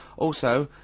also,